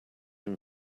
him